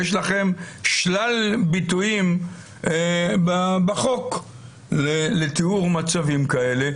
יש לכם שלל ביטויים בחוק לתיאור מצבים כאלה,